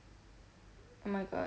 oh my god